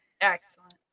Excellent